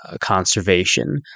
conservation